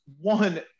one